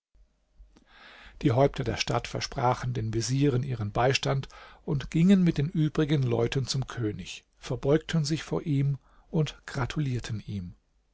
die häupter der stadt versprachen den vezieren ihren beistand und gingen mit den übrigen leuten zum könig verbeugten sich vor ihm und gratulierten ihm